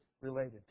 related